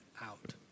out